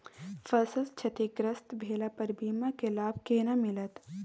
फसल क्षतिग्रस्त भेला पर बीमा के लाभ केना मिलत?